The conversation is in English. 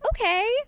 okay